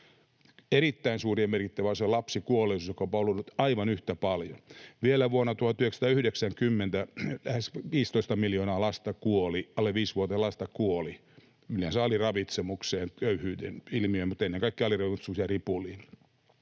Erittäin suuri ja merkittävä on ollut lapsikuolleisuus, jota on ollut aivan yhtä paljon. Vielä vuonna 1990 lähes 15 miljoonaa alle 5-vuotiasta kuoli, yleensä aliravitsemukseen, köyhyyden ilmiöön, mutta ennen kaikkea aliravitsemukseen ja ripuliin